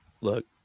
look